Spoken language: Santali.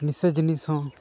ᱱᱤᱥᱟᱹ ᱡᱤᱱᱤᱥ ᱦᱚᱸ